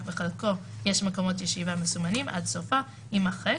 בחלקו יש מקומות ישיבה מסומנים" עד סופה - יימחק.